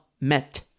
Met